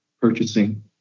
purchasing